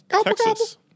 Texas